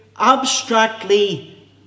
abstractly